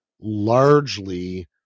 largely